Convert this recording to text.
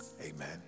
amen